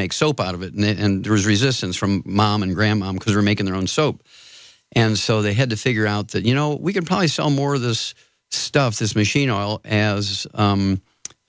make soap out of it in it and there was resistance from mom and grandma who were making their own soap and so they had to figure out that you know we could probably sell more of this stuff this machine oil and